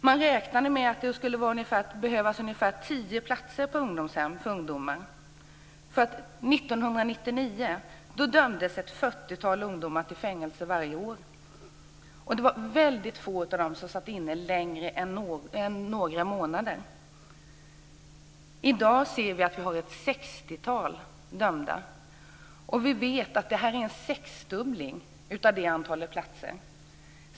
Man räknade med att det skulle behövas ungefär tio platser på ungdomshem för ungdomar. 1999 dömdes ett fyrtiotal ungdomar till fängelse varje år. Det var väldigt få av dem som satt inne längre än några månader. I dag ser vi att vi har ett sextiotal dömda. Vi vet att det är en sexdubbling av antalet platser.